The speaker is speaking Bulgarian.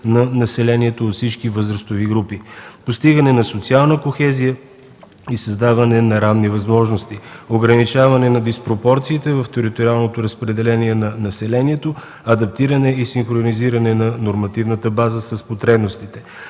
на населението от всички възрастови групи, постигане на социална кохезия и създаване на ранни възможности, ограничаване на диспропорциите в териториалното разпределение на населението, адаптиране и синхронизиране на нормативната база с потребностите.